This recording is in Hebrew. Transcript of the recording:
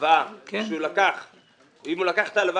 דרך אגב, אני מבקש להפסיק לנקוב